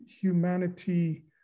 humanity